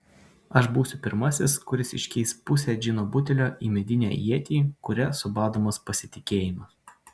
aš būsiu pirmasis kuris iškeis pusę džino butelio į medinę ietį kuria subadomas pasitikėjimas